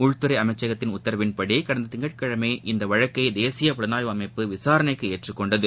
உள்துறைஅமைச்சகத்தின் உத்தரவின்படிகடந்ததிங்கட்கிழமை இவ்வழக்கைதேசிய புலனாய்வு அமைப்பு விசாரணைக்குஏற்றுக்கொண்டது